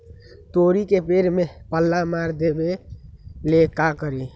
तोड़ी के पेड़ में पल्ला मार देबे ले का करी?